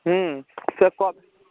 হুম সে কবে